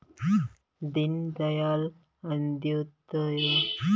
ದೀನ್ ದಯಾಳ್ ಅಂತ್ಯೋದಯ ಯೋಜನೆ ಬಡವರಿಗೆ ಕೌಶಲ್ಯ ತರಬೇತಿ ನೀಡ್ತದೆ